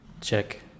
Check